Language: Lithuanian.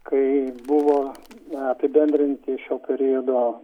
kai buvo apibendrinti šio periodo